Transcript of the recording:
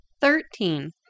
Thirteen